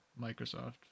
Microsoft